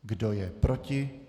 Kdo je proti?